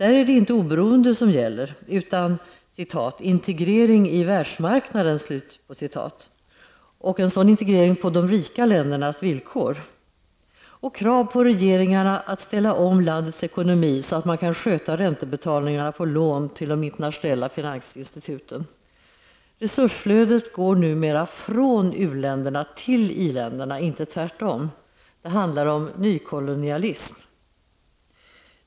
Där är det inte oberoende som gäller utan ''integrering i världsmarknaden'', integrering på de rika ländernas villkor och krav på regeringarna att ställa om landets ekonomi så att man sköta räntebetalningarna på lån till de internationella finansinstituten. Resursflödet går numera från uländerna till i-länderna, inte tvärtom. Det handlar om nykolonialism.